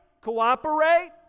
cooperate